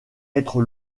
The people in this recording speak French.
être